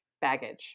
baggage